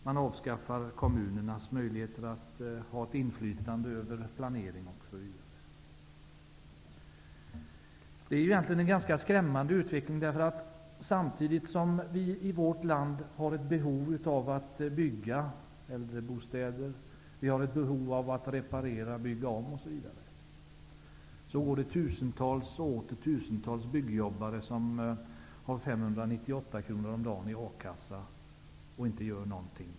Man avskaffar kommunernas möjligheter att ha ett inflytande över planering osv. Det är egentligen en ganska skrämmande utveckling, därför att samtidigt som vi i vårt land har behov av att bygga, t.ex. äldrebostäder, att reparera och att bygga om m.m., går det tusentals och åter tusentals byggjobbare som har 598 kr om dagen i A-kassa och som inte gör någonting.